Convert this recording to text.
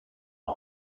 hue